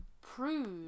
prove